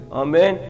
amen